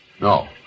No